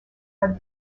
are